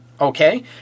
okay